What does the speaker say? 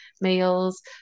meals